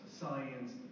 science